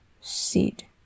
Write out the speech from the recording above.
seed